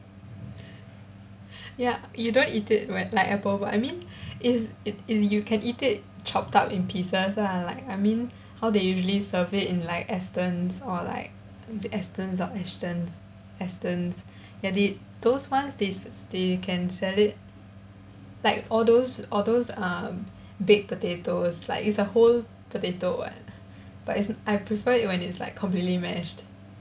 ya you don't eat it w~ like apple but I mean it's it it's you can eat it chopped up in pieces lah like I mean how they usually serve it in like astons or like is it astons or ashtons astons ya they those ones they they can sell it like all those all those uh baked potatoes like it's a whole potato [what] but it's I prefer it when it's like completely mashed